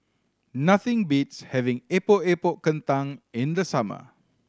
nothing beats having Epok Epok Kentang in the summer